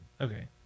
Okay